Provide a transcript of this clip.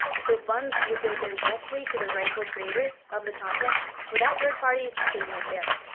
so funds would go directly to the rightful creators of the content without third parties taking a share.